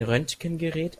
röntgengerät